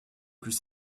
plus